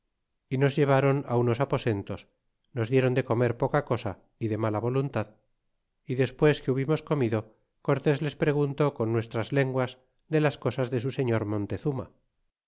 y nos lleváron á unos aposentos y nos dieron de comer poca cosa y de mala voluntad y despues que hubimos comido cortés les preguntó con nuestras lenguas de las cosas de su señor montezuma